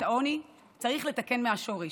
את העוני צריך לתקן מהשורש: